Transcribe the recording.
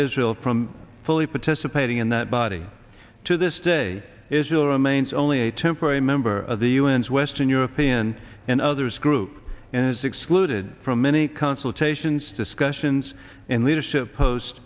israel from fully participating in that body to this day israel remains only a temporary member of the un's western european and others group and is excluded from many consultations discussions and leadership post